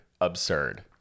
Absurd